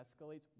escalates